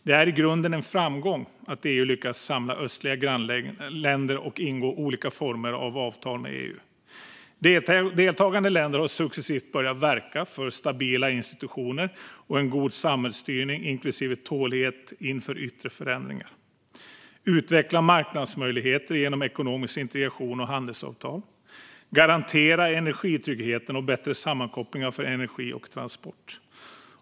Det är i grunden en framgång att EU lyckats samla östliga grannländer att ingå olika former av avtal med EU. Deltagande länder har successivt börjat verka för stabila institutioner och en god samhällsstyrning, inklusive tålighet inför yttre förändringar. De har börjat utveckla marknadsmöjligheter genom ekonomisk integration och handelsavtal. De har börjat garantera energitryggheten och bättre sammankopplingar för energi och transport.